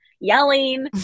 yelling